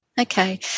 Okay